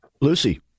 Lucy